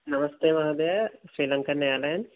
नमस्ते महोदय श्रीलङ्कन् एयर्लाइन्स